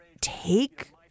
take